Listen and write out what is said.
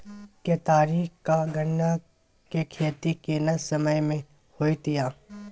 केतारी आ गन्ना के खेती केना समय में होयत या?